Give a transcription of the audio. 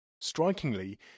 Strikingly